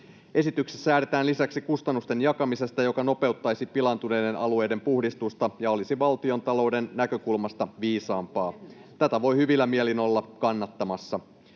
Esityksessä säädetään lisäksi kustannusten jakamisesta, joka nopeuttaisi pilaantuneiden alueiden puhdistusta ja olisi valtiontalouden näkökulmasta viisaampaa. Tätä voi hyvillä mielin olla kannattamassa.